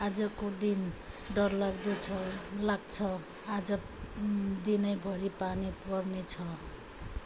आजको दिन डरलाग्दो छ लाग्छ आज दिनैभरि पानी पर्ने छ